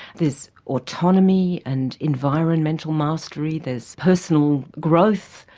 there's autonomy, and environmental mastery, there's personal growth,